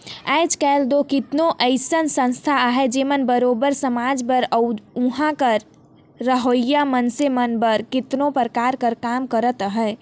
आएज काएल दो केतनो अइसन संस्था अहें जेमन बरोबेर समाज बर अउ उहां कर रहोइया मइनसे मन बर केतनो परकार कर काम करत अहें